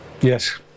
yes